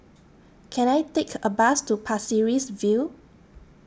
Can I Take A Bus to Pasir Ris View